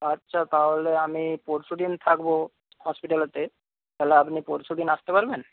আচ্ছা তাহলে আমি পরশুদিন থাকবো হসপিটালে তাহলে আপনি পরশুদিন আসতে পারবেন